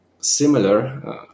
similar